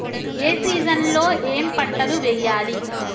ఏ season లో ఏం పంటలు వెయ్యాలి?